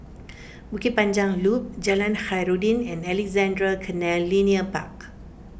Bukit Panjang Loop Jalan Khairuddin and Alexandra Canal Linear Park